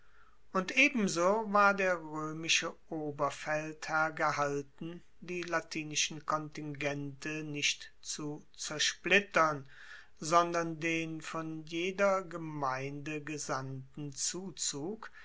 und ebenso war der roemische oberfeldherr gehalten die latinischen kontingente nicht zu zersplittern sondern den von jeder gemeinde gesandten zuzug